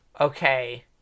Okay